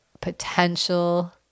potential